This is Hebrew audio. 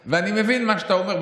מבין מה שאתה אומר,